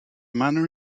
manner